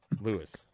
Lewis